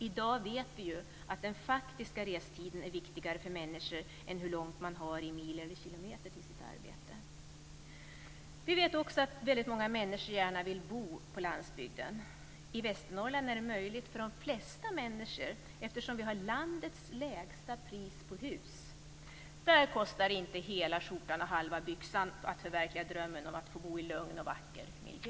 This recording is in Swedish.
I dag vet vi att den faktiska restiden är viktigare för människor än hur långt man har i mil eller kilometer till sitt arbete. Vi vet också att väldigt många människor gärna vill bo på landsbygden. I Västernorrland är det möjligt för de flesta människor, eftersom vi har landets lägsta pris på hus. Där kostar det inte hela skjortan och halva byxan att förverkliga drömmen om att få bo i lugn och vacker miljö.